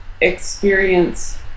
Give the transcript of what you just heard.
experience